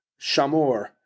Shamor